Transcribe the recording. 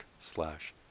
slash